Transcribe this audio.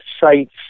sites